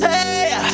Hey